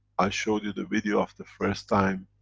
i showed you the video of the first time.